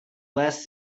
less